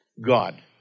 God